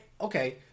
Okay